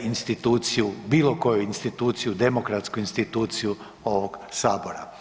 instituciju, bilo koju instituciju demokratsku instituciju ovog Sabora.